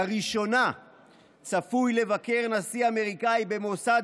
לראשונה צפוי לבקר נשיא אמריקאי במוסד